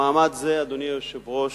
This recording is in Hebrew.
במעמד זה, אדוני היושב-ראש,